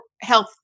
health